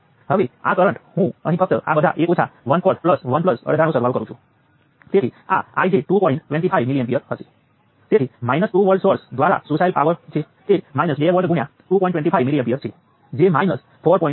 તો આ સાથે આશા છે કે G મેટ્રિક્સ અને સોર્સ વેક્ટરનું માળખું સ્પષ્ટ છે